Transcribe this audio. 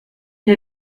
der